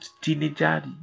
teenager